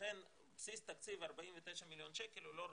לכן בסיס תקציב 49 מיליון שקל הוא לא רציני.